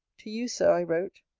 to you, sir, i wrote.